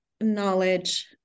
knowledge